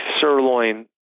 sirloin